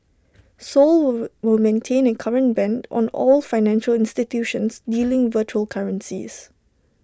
Seoul will maintain A current ban on all financial institutions dealing virtual currencies